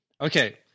okay